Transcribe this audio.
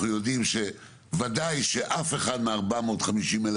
אנחנו יודעים שוודאי שאף אחד מה-450,000